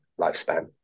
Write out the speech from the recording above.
lifespan